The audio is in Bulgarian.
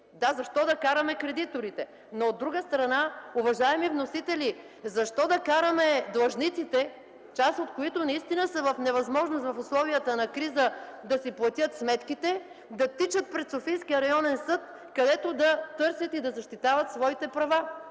Да, защо да караме кредиторите? Но от друга страна, уважаеми вносители, защо да караме длъжниците, част от които наистина са в невъзможност в условията на криза да платят сметките си, да тичат пред Софийския районен съд, където да търсят и да защитават своите права?